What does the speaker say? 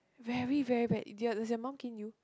very very bad did your does your mum cane you